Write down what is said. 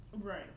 Right